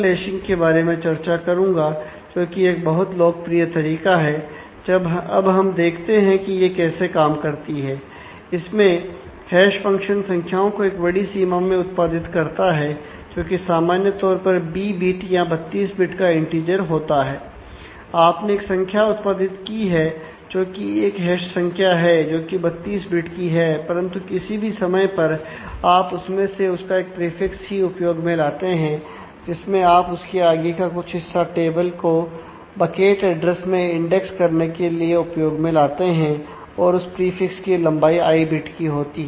आपने एक संख्या उत्पादित की है जो कि एक हैश संख्या है जोकि 32 बिट की है परंतु किसी भी समय पर आप उसमें से उसका एक प्रीफिक्स बिट की होती है